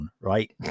right